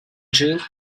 jill